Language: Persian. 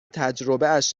تجربهاش